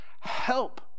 Help